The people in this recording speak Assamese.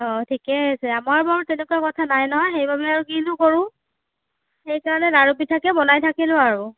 অঁ ঠিকেই আছে আমাৰ বাৰু তেনেকুৱা কথা নাই নহয় সেইবাবে আৰু কিনো কৰোঁ সেই কাৰণে লাড়ু পিঠাকে বনাই থাকিলোঁ আৰু